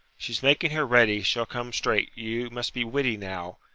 she's making her ready, she'll come straight you must be witty now.